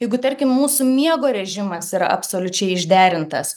jeigu tarkim mūsų miego režimas yra absoliučiai išderintas